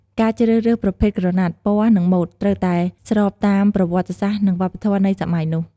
ការជ្រើសរើសប្រភេទក្រណាត់ ពណ៌ និងម៉ូដ ត្រូវតែស្របតាមប្រវត្តិសាស្ត្រ និងវប្បធម៌នៃសម័យនោះ ។